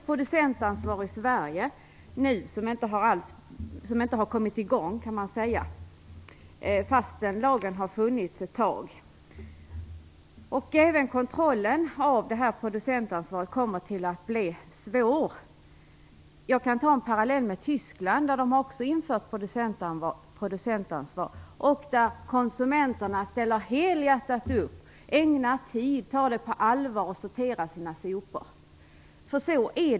Producentansvaret i Sverige har inte kommit igång fastän lagen har funnits ett tag. Även kontrollen av producentansvaret kommer att bli svår. Jag kan ta parallellen med Tyskland. Där har man också infört ett producentansvar. Konsumenterna ställer helhjärtat upp, tar det på allvar och ägnar tid åt att sortera sina sopor.